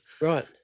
Right